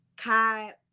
Kai